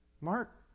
Mark